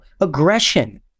aggression